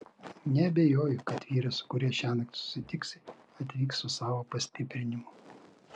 neabejoju kad vyras su kuriuo šiąnakt susitiksi atvyks su savo pastiprinimu